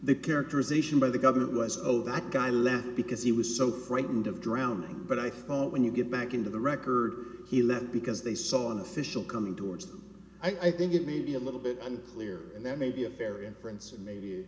the characterization by the government was oh that guy left because he was so frightened of drowning but i thought when you get back into the record he left because they saw an official coming towards him i think it may be a little bit unclear and that may be a fair inference and maybe